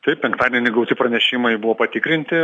taip penktadienį gauti pranešimai buvo patikrinti